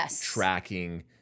tracking